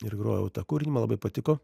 ir grojau tą kūrinį man labai patiko